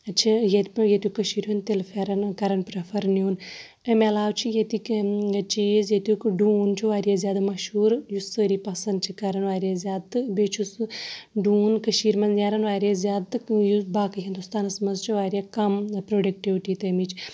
چھِ ییٚتہِ پٮ۪ٹھ ییٚتیُٚک کٔشیٖرِ ہُنٛد تِلہٕ پھٮ۪ران کَران پرٛیفَر نیُٚن اَمہِ علاوٕ چھِ ییٚتِکۍ یِم چیٖز ییٚتیُٚک ڈوٗن چھُ واریاہ زیادٕ مشہوٗر یُس سٲری پَسنٛد چھِ کَران واریاہ زیادٕ تہٕ بیٚیہِ چھُ سُہ ڈوٗن کٔشیٖرِ منٛز نیران واریاہ زیادٕ تہٕ یُس باقٕے ہِندوستانَس منٛز چھِ واریاہ کَم پرٛوڈَکٹِوِٹی تَمِچ